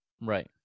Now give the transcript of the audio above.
Right